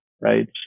right